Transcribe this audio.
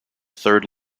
third